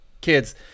kids